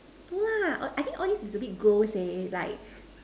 no lah I think all these is a bit gross eh like